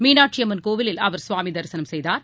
மீனாட்சியம்மன் கோயிலில் அவர் ஸ்வாமிதரிசனம் செய்தார்